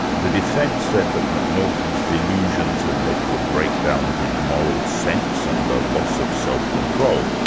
the defence said that m'naghten's delusions had led to a breakdown of his moral sense, and a loss of self-control,